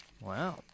Wow